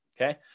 okay